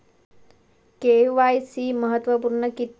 KYC महत्त्वपुर्ण किद्याक?